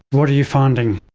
what are you finding?